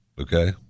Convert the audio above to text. Okay